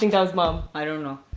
think that was mom. i don't know.